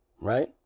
right